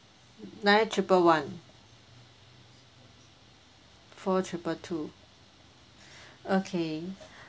nine triple one four triple two okay